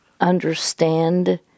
understand